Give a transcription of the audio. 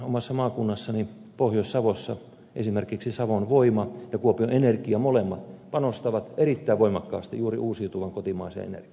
omassa maakunnassani pohjois savossa esimerkiksi savon voima ja kuopion energia molemmat panostavat erittäin voimakkaasti juuri uusiutuvan kotimaiseen energiaan